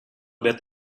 bet